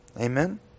Amen